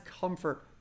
comfort